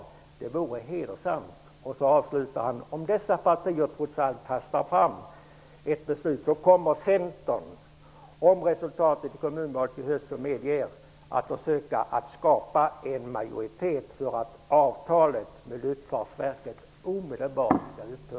Det vore hedersamt!'' Och så avslutar han: ''Om dessa partier trots allt hastar fram ett beslut, kommer centern, om resultatet i kommunvalet i höst så medger, att försöka skapa en majoritet för att avtalet med luftfartsverket omedelbart rivs upp.''